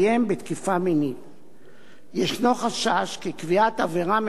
יש חשש כי קביעת עבירה מפורשת כפי שמוצע בהצעת